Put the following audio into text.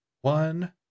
one